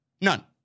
None